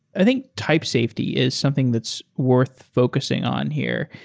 i think type safety is something that's worth focusing on here.